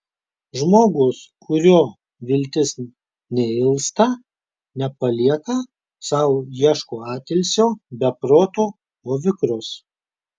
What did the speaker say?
žmogus kurio viltis neilsta nepalieka sau ieško atilsio be proto o vikrus